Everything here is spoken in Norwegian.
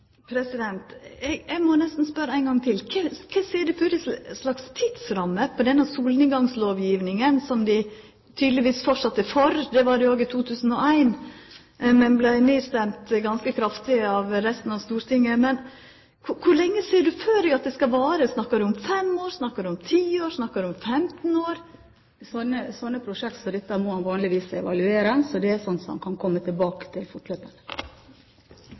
næringslivet. Eg må nesten spørja ein gong til: Kva slags tidsramme er det på denne solnedgangslovgjevinga, som ein tydelegvis framleis er for? Det var ein også i 2001, men vart nedstemd ganske kraftig av resten av Stortinget. Men kor lenge ser representanten for seg at det skal vara? Snakkar ein om fem år, ti år eller 15 år? Slike prosjekt som dette må en vanligvis evaluere, så det er slikt som en kan komme tilbake til.